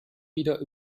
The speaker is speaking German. wieder